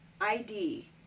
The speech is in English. ID